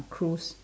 cruise